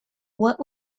what